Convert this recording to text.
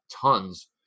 tons